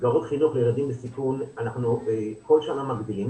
מסגרות חינוך לילדים בסיכון אנחנו כל שנה מגדילים,